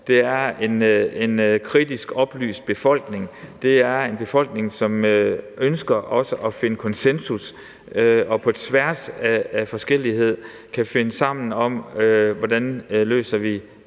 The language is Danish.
det er en kritisk oplyst befolkning, det er en befolkning, som også ønsker at finde konsensus og på tværs af forskellighed kan finde sammen om, hvordan vi